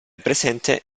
presente